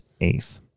eighth